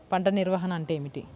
పంట నిర్వాహణ అంటే ఏమిటి?